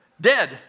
dead